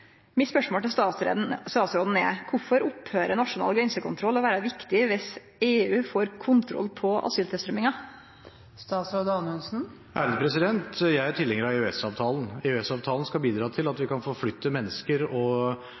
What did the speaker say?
Mitt spørsmål til statsråden er: Kvifor sluttar nasjonal grensekontroll å vere viktig viss EU får kontroll på asyltilstrømminga? Jeg er tilhenger av EØS-avtalen. EØS-avtalen skal bidra til at vi kan forflytte mennesker og